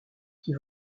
qui